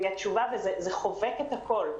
וזה חובק את הכול.